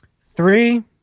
Three